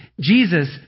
Jesus